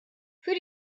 für